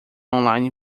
online